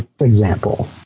example